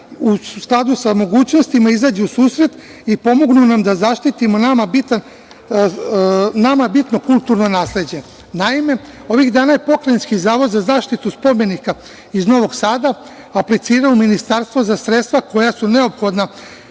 u skladu sa mogućnostima izađe u susret i pomognu nam da zaštitimo nama bitno kulturno nasleđe. Naime, ovih dana je Pokrajinski zavod za zaštitu spomenika iz Novog Sada aplicirao u ministarstvo za sredstva koja su neophodna